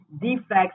defects